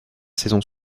saisons